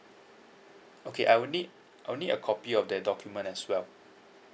okay I will need I'll need a copy of that document as well